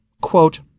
Quote